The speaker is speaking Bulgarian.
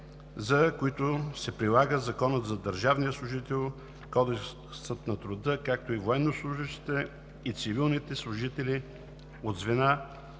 за които се прилага Законът за държавния служител и Кодексът на труда, както и военнослужещите и цивилните служители от звена